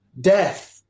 death